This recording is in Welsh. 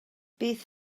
beth